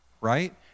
right